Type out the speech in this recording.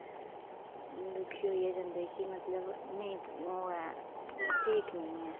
ते दुखी होइयै जंदे की मतलब नेईं ओह् ऐ ठीक निं ऐ